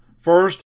First